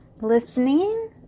listening